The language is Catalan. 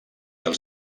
els